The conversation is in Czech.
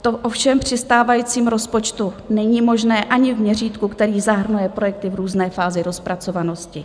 To ovšem při stávajícím rozpočtu není možné ani v měřítku, které zahrnuje projekty v různé fázi rozpracovanosti.